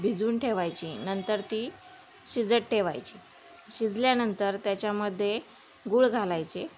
भिजवून ठेवायची नंतर ती शिजत ठेवायची शिजल्यानंतर त्याच्यामध्ये गुळ घालायचे